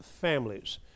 Families